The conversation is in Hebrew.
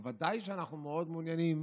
אבל ודאי שאנחנו מאוד מעוניינים